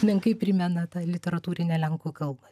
menkai primena tą literatūrinę lenkų kalbą